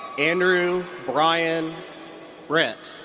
andrew ryan britt.